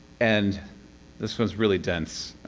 and this one's really dense.